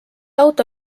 auto